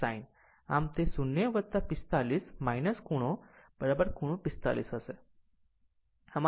આમ તે 0 o 45 o ખૂણો ખૂણો 45 o હશે